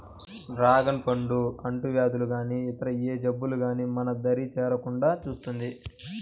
dragon పండు అంటువ్యాధులు గానీ ఇతర ఏ జబ్బులు గానీ మన దరి చేరకుండా చూస్తుంది